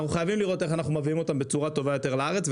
אנחנו חייבים לראות איך אנחנו מביאים אותם בצורה טובה יותר לארץ,